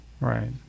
Right